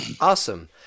Awesome